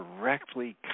directly